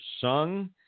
sung